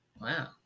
Wow